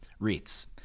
REITs